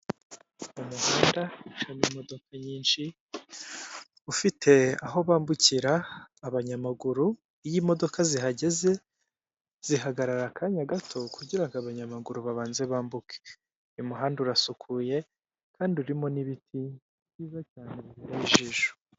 Mu muhanda harimo imodoka nyinshi, ufite aho bambukira abanyamaguru, iyo imodoka zihaga zihagarara akanya gato, kugira ngo abanyamaguru babanze bambuke, uyu muhanda urasukuye, kandi urimo n'ibiti byiza cyane binogeye ijisho.